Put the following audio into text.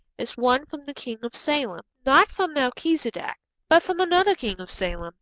is one from the king of salem. not from melchizedek, but from another king of salem,